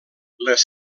les